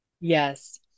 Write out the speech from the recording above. Yes